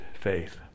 faith